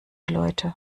leute